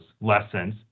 lessons